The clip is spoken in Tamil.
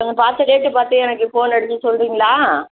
கொஞ்சம் பார்த்து ரேட்டு பார்த்து எனக்கு ஃபோன் எடுத்து சொல்றீங்களா